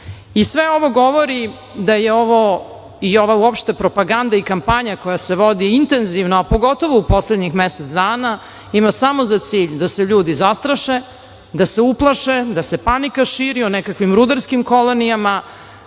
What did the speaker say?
ovo govori da ovo, uopšte ova propaganda i kampanja koja se vodi intenzivno, a pogotovo u poslednjih mesec dana, ima samo za cilj da se ljudi zastraše, da se uplaše, da se panika širi o nekakvim rudarskim kolonijama. Dragi